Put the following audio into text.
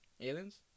Aliens